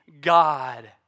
God